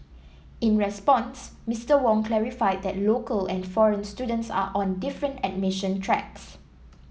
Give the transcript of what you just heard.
in response Mister Wong clarified that local and foreign students are on different admission tracks